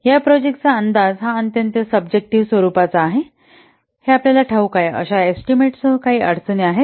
या प्रोजेक्टाचा अंदाज हा अत्यंत सब्जेक्टिव्ह स्वरूपाचा आहे हे आपल्याला ठाऊक आहे अशा एस्टीमेटसह काही अडचणी आहेत